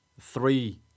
three